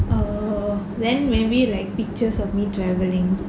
oh then maybe like pictures of me travelling